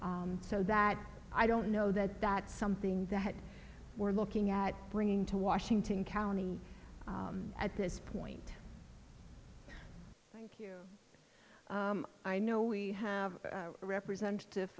so that i don't know that that's something that we're looking at bringing to washington county at this point i know we have a representative